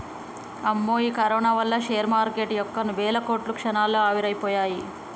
అమ్మో ఈ కరోనా వల్ల షేర్ మార్కెటు యొక్క వేల కోట్లు క్షణాల్లో ఆవిరైపోయాయి